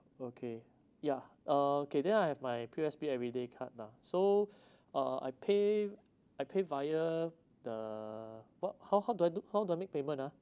okay ya okay then I have my P_O_S_B everyday card lah so uh I pay I pay via the but how how do I do how do I make payment ah